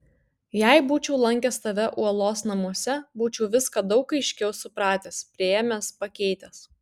jei būčiau lankęs tave uolos namuose būčiau viską daug aiškiau supratęs priėmęs pakeitęs